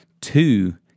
two